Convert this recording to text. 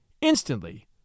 Instantly